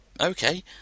Okay